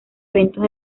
eventos